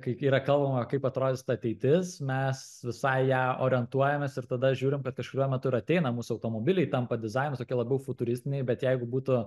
kaip yra kalbama kaip atrodys ta ateitis mes visai į ją orientuojamės ir tada žiūrim kad kažkuriuo metu ateina mūsų automobiliai tampa dizainu tokie labiau futuristiniai bet jeigu būtų